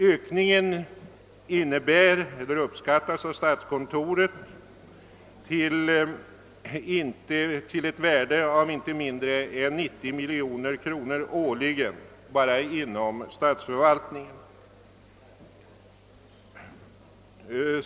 Ökningen uppskattas av statskontoret till ett värde av inte mindre än 90 milj.kr. årligen enbart inom statsförvaltningen.